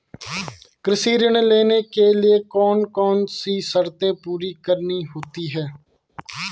कृषि ऋण लेने के लिए कौन कौन सी शर्तें पूरी करनी होती हैं?